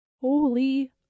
Holy